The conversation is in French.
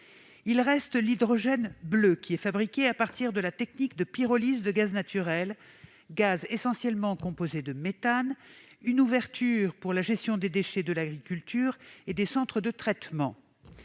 Il reste l'hydrogène bleu, fabriqué à partir de la technique de pyrolyse de gaz naturel, gaz essentiellement composé de méthane. Il représente une ouverture pour la gestion des déchets de l'agriculture et des centres de traitement.